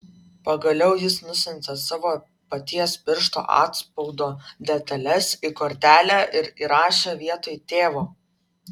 pagaliau jis nusiuntė savo paties piršto atspaudo detales į kortelę ir įrašė vietoj tėvo